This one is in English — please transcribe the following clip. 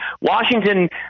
Washington